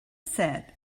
said